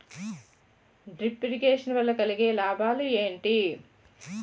Drip irrigation వల్ల కలిగే లాభాలు ఏంటి?